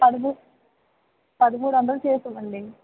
పదమూ పదమూడు వందలు చేసి ఇవ్వండి